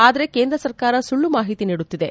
ಆದರೆ ಕೇಂದ್ರ ಸರ್ಕಾರ ಸುಳ್ಳು ಮಾಹಿತಿ ನೀಡುತ್ತಿದೆ